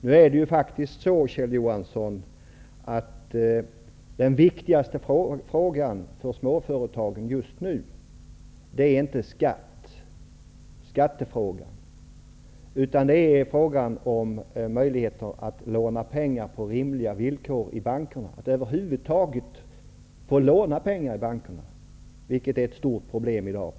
Nu är faktiskt, Kjell Johansson, den viktigaste frågan för småföretagen inte skattefrågan utan frågan om möjligheter att låna pengar på rimliga villkor, att över huvud taget få låna pengar i bankerna. Det är ett stort problem.